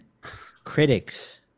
critics